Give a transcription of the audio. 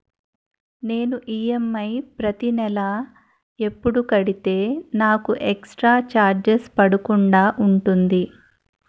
నేను ఈ.ఎం.ఐ ప్రతి నెల ఎపుడు కడితే నాకు ఎక్స్ స్త్ర చార్జెస్ పడకుండా ఉంటుంది?